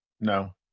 No